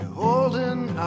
holding